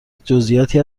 جزییاتی